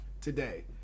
Today